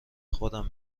خودم